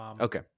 okay